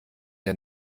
der